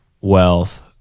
wealth